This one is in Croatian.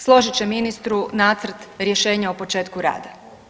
Složit će ministru Nacrt rješenja o početku rada.